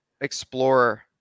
Explorer